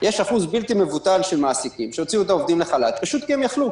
היו הרבה מאוד עסקים שפשוט הוציאו עובדים לחל"ת כי הם יכלו.